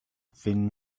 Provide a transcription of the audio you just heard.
thin